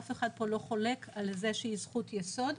אף אחד פה לא חולק על זה שהיא זכות יסוד.